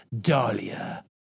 dahlia